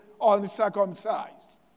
uncircumcised